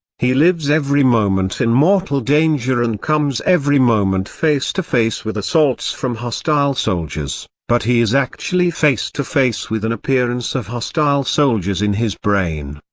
he lives every moment in mortal danger and comes every moment face to face with assaults from hostile soldiers, but he is actually face to face with an appearance of hostile soldiers in his brain.